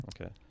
Okay